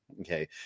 Okay